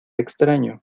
extraño